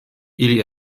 ili